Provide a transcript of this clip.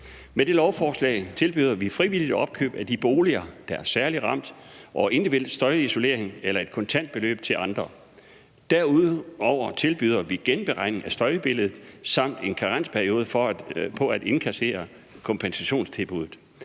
Med dette lovforslag tilbyder vi frivilligt opkøb af boliger, der er særligt ramt, og individuel støjisolering eller et kontantbeløb til andre. Derudover tilbyder vi genberegning af støjbilledet samt en karensperiode for at indkassere kompensationstilbuddet.